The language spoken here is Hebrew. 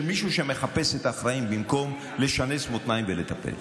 של מישהו שמחפש את האחראים במקום לשנס מותניים ולטפל.